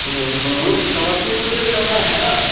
समस्तीपुर से चलना है ना